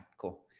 cool.